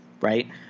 Right